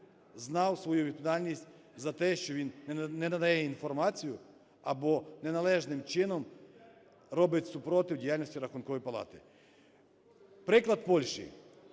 знав свою відповідальність за те, що він не надає інформацію або неналежним чином… робить супротив діяльності Рахункової палати. Приклад Польщі.